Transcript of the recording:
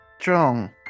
Strong